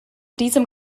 diesem